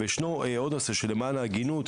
וישנו עוד נושא שלמען ההגינות,